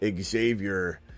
Xavier